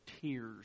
tears